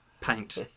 paint